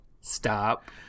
Stop